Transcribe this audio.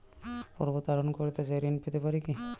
পর্বত আরোহণ করতে চাই ঋণ পেতে পারে কি?